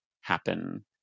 happen